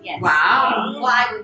Wow